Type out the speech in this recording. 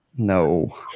No